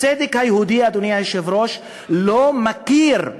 הצדק היהודי, אדוני היושב-ראש, לא מכיר,